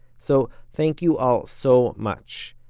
so thank you all so much.